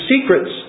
secrets